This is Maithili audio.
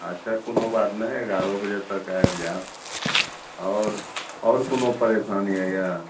अच्छा कोनो बात नहि एगारहो बजे तक आबि जाएब आओर आओर कोनो परेशानी होइया